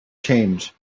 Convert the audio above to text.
change